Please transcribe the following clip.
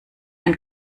ein